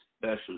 special